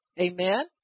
amen